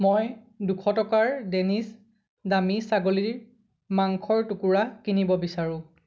মই দুশ টকাৰ ডেনিছ দামী ছাগলীৰ মাংসৰ টুকুৰা কিনিব বিচাৰোঁ